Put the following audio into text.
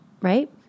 right